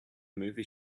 movie